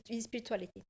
Spirituality